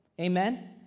Amen